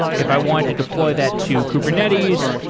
if i wanted to deploy that to kubernetes,